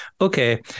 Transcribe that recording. okay